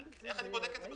ואיך אני בכלל בודק את זה?